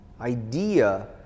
idea